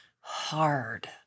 hard